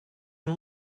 can